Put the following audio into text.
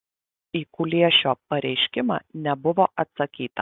į kuliešio pareiškimą nebuvo atsakyta